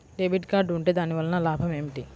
Debit card ఉంటే దాని వలన లాభం ఏమిటీ?